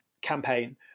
campaign